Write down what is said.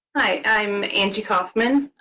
i'm angie kauffman.